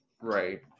Right